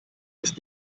ist